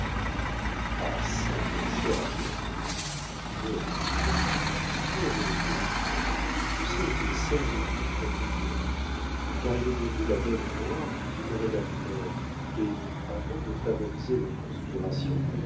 ah çà mon cher ami dit finot à des lupeaulx dites-moi la vérité lucien est-il sérieusement protégé car il est devenu la bête noire de tous mes rédacteurs et avant de favoriser leur conspiration